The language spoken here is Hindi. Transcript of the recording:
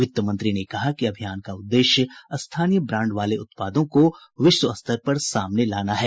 वित्त मंत्री ने कहा कि अभियान का उद्देश्य स्थानीय ब्रांड वाले उत्पादों को विश्व स्तर पर सामने लाना है